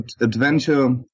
adventure